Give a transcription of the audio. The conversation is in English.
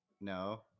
No